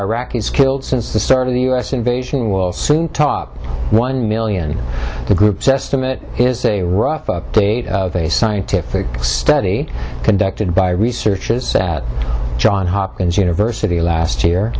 iraqis killed since the start of the u s invasion will soon top one million the group's estimate is a rough date of a scientific study conducted by researchers at johns hopkins university last year